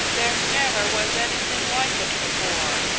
there never was anything like it before.